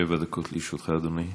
שבע דקות לרשותך, אדוני.